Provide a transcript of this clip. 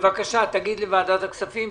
בבקשה תגיד לוועדת הכספים,